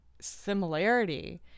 similarity